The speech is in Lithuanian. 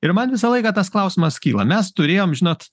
ir man visą laiką tas klausimas kyla mes turėjom žinot